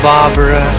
Barbara